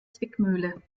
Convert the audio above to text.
zwickmühle